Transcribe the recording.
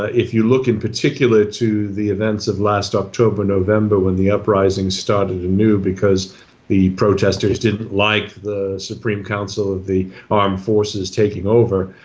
if you look in particular to the events of last october november when the uprising starting a new because the protesters did like white supreme council of the armed forces taking over